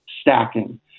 stacking